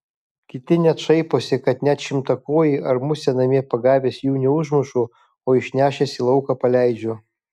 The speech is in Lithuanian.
kiti net šaiposi kad net šimtakojį ar musę namie pagavęs jų neužmušu o išnešęs į lauką paleidžiu